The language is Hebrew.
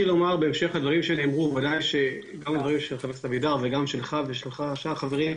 בהמשך לדברים שנאמרו על ידי חבר הכנסת אבידר ועל ידך וגם של שאר החברים,